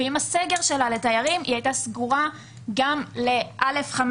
ועם הסגר שלה לתיירים היא הייתה סגורה גם ל-א5,